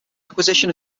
acquisition